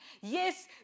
Yes